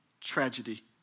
tragedy